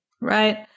Right